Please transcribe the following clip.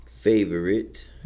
favorite